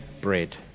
bread